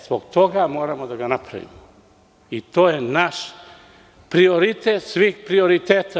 Zbog toga moramo da ga napravimo i to je naš prioritet svih prioriteta.